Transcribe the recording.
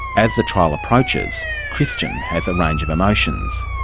as the trial approaches, christian has a range of emotions.